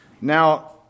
Now